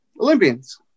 Olympians